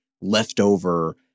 leftover